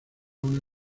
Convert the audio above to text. una